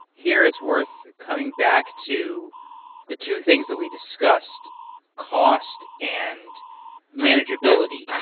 here, it's worth coming back to the two things that we discussed cost and manageability.